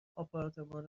آپارتمان